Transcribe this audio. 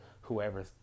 whoever